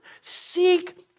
seek